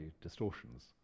distortions